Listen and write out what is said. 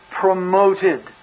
promoted